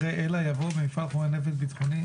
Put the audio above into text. אחרי "אלא" יבוא "במפעל חומר נפץ ביטחוני",